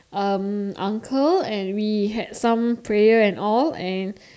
um uncle and we had some prayer and all and